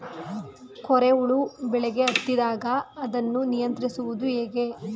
ಕೋರೆ ಹುಳು ಬೆಳೆಗೆ ಹತ್ತಿದಾಗ ಅದನ್ನು ನಿಯಂತ್ರಿಸುವುದು ಹೇಗೆ?